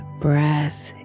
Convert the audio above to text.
breath